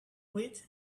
with